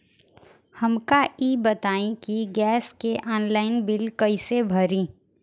हमका ई बताई कि गैस के ऑनलाइन बिल कइसे भरी?